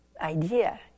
idea